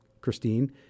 Christine